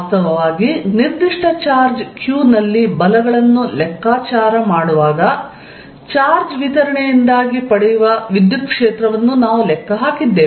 ವಾಸ್ತವವಾಗಿ ನಿರ್ದಿಷ್ಟ charge q ನಲ್ಲಿ ಬಲಗಳನ್ನು ಲೆಕ್ಕಾಚಾರ ಮಾಡುವಾಗ ಚಾರ್ಜ್ ವಿತರಣೆಯಿಂದಾಗಿ ಪಡೆಯುವ ವಿದ್ಯುತ್ ಕ್ಷೇತ್ರವನ್ನೂ ನಾವು ಲೆಕ್ಕ ಹಾಕಿದ್ದೇವೆ